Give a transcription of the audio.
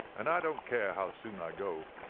and i don't care how soon i go,